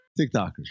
TikTokers